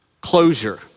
closure